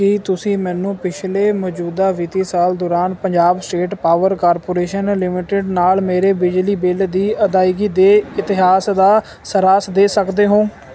ਕੀ ਤੁਸੀਂ ਮੈਨੂੰ ਪਿਛਲੇ ਮੌਜੂਦਾ ਵਿੱਤੀ ਸਾਲ ਦੌਰਾਨ Punjab state power corporation limited ਨਾਲ ਮੇਰੇ ਬਿਜਲੀ ਬਿੱਲ ਦੀ ਅਦਾਇਗੀ ਦੇ ਇਤਿਹਾਸ ਦਾ ਸਾਰਾਂਸ਼ ਦੇ ਸਕਦੇ ਹੋ